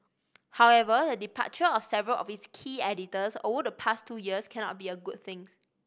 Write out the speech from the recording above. however the departure of several of its key editors over the past two years cannot be a good things